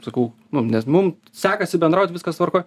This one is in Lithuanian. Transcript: sakau mum nes mum sekasi bendraut viskas tvarkoj